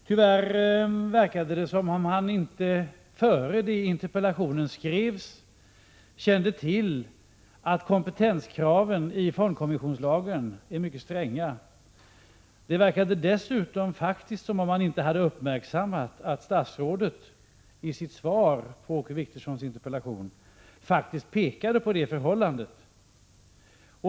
Tyvärr verkade det som om Åke Wictorsson innan interpellationen skrevs inte kände till att kompetenskraven i fondkommissionslagen är mycket stränga. Det verkade dessutom faktiskt som om Åke Wictorsson inte hade uppmärksammat att statsrådet i sitt svar på hans interpellation pekade på just det förhållandet.